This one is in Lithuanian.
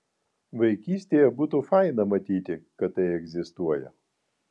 vaikystėje būtų buvę faina matyti kad tai egzistuoja